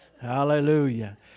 Hallelujah